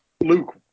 Luke